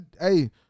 hey